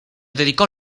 dedicó